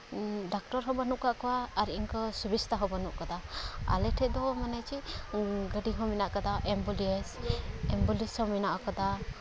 doctor ᱦᱚᱸ ᱵᱟᱹᱱᱩᱜ ᱠᱟᱜ ᱠᱚᱣᱟ ᱟᱨ ᱤᱱᱠᱟᱹ ᱥᱩᱵᱤᱥᱛᱟ ᱦᱚᱸ ᱵᱟᱹᱱᱩᱜ ᱠᱟᱫᱟ ᱟᱞᱮ ᱴᱷᱮᱡ ᱫᱚ ᱢᱟᱱᱮ ᱪᱮᱫ ᱜᱟᱹᱰᱤ ᱦᱚᱸ ᱢᱮᱱᱟᱜ ᱠᱟᱫᱟ ᱮᱢᱵᱩᱞᱮᱱᱥ ᱮᱢᱵᱩᱞᱮᱱᱥ ᱦᱚᱸ ᱢᱮᱱᱟᱜ ᱠᱟᱫᱟ